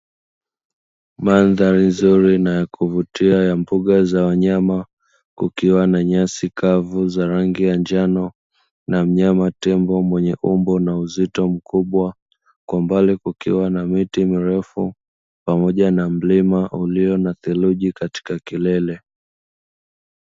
Mandhari nzuri na ya kuvutia ya mbuga za wanyama kukiwa na nyasi kavu za rangi ya njano na mnyama tembo wenye umbo na uzito mkubwa, kwa mbali kukiwa na miti mirefu pamoja na mlima ulio na theluji katika kilele.